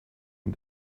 and